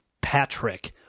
Patrick